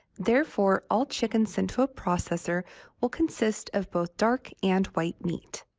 therefore, all chicken sent to a processor will consist of both dark and white meat.